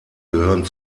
gehören